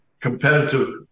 competitive